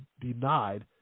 denied